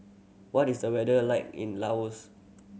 what is the weather like in Laos